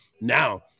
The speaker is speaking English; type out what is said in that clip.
Now